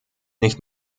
nicht